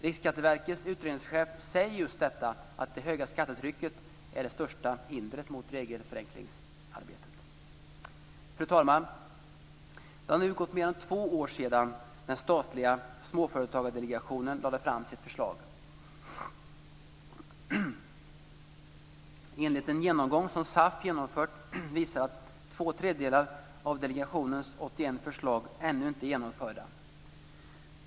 Riksskatteverkets utredningschef säger just att det höga skattetrycket är det största hindret i regelförenklingsarbetet. Fru talman! Det har nu gått mer än två år sedan den statliga Småföretagsdelegationen lade fram sitt förslag. En genomgång som SAF genomfört visar att två tredjedelar av delegationens 81 förslag ännu inte är genomförda.